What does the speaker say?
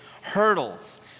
hurdles